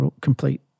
complete